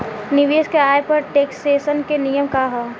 निवेश के आय पर टेक्सेशन के नियम का ह?